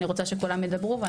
אני רוצה שכולם ידברו.